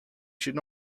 should